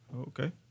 Okay